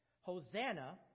Hosanna